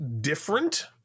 different